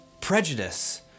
prejudice